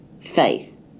faith